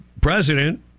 president